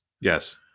Yes